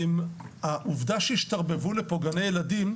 העובדה שהשתרבבו לפה גני ילדים,